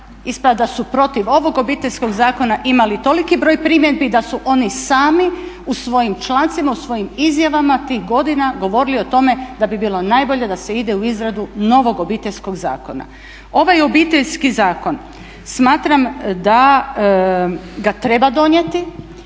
da su protiv ovog Obiteljskog zakona imali toliki broj primjedbi da su oni sami u svojim člancima, u svojim izjavama tih godina govorili o tome da bi bilo najbolje da se ide u izradu novog Obiteljskog zakona. Ovaj Obiteljski zakon smatram da ga treba donijeti.